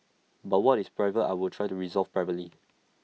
but what is private I will try to resolve privately